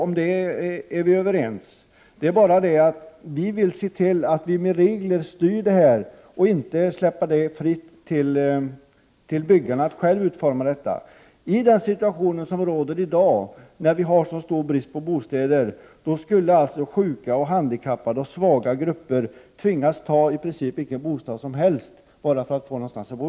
Om det är vi överens. Men vi vill se till att vi med regler styr detta. Vi vill inte lämna det fritt för byggarna att själva utforma detta. I den situation vi har i dag, när det råder stor brist på bostäder, skulle svaga grupper som sjuka och handikappade tvingas ta i princip vilken bostad som helst, för att över huvud taget få någonstans att bo.